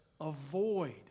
avoid